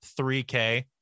3K